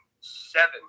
seven